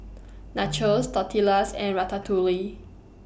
Nachos Tortillas and Ratatouille